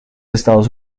estados